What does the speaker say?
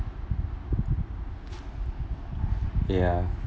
ya